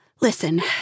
Listen